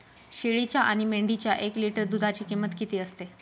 शेळीच्या आणि मेंढीच्या एक लिटर दूधाची किंमत किती असते?